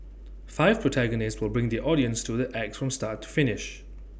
five protagonists will bring the audience through the acts from start to finish